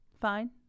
fine